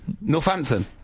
Northampton